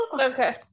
Okay